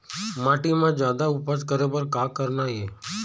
माटी म जादा उपज करे बर का करना ये?